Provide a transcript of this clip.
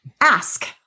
Ask